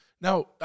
Now